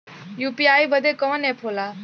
UPI बदे कवन app होला?